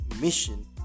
mission